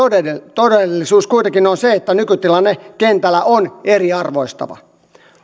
todellisuus kuitenkin on se että nykytilanne kentällä on eriarvoistava